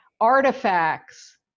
artifacts